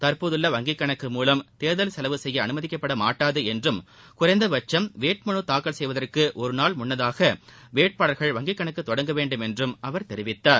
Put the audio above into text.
தற்போதுள்ள வங்கி கணக்கு மூலம் தேர்தல் செலவு செய்ய அனுமதிக்கப்பட மாட்டாது என்றும் குறைந்தபட்சும் வேட்புமனு தாக்கல் செய்வதற்கு ஒரு நாள் முன்னதாக வேட்பாளர்கள் வங்கி கணக்கு தொடங்க வேண்டுமென்றும் அவர் தெரிவித்தார்